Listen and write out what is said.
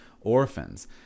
orphans